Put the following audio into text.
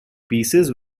pieces